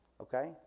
okay